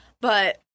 But-